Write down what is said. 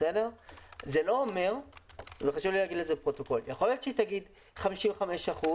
יכול להיות שהיא תגיד 55%